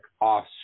off